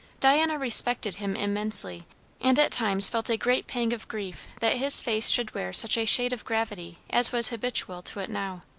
diana respected him immensely and at times felt a great pang of grief that his face should wear such a shade of gravity as was habitual to it now.